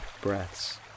breaths